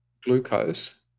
glucose